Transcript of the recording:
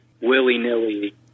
willy-nilly